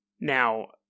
Now